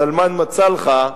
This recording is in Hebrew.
סלמאן מצאלחה,